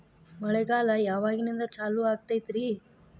ಮಳೆಗಾಲ ಯಾವಾಗಿನಿಂದ ಚಾಲುವಾಗತೈತರಿ?